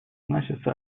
значится